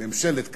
ממשלת קדימה,